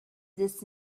this